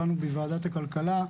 באנו מוועדת הכלכלה,